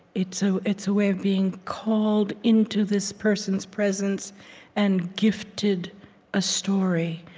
it's so it's a way of being called into this person's presence and gifted a story.